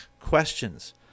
questions